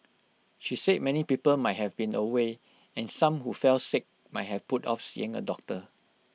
she said many people might have been away and some who fell sick might have put off seeing A doctor